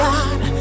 God